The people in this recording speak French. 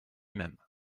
même